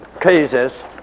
cases